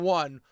one